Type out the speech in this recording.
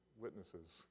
witnesses